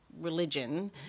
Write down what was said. religion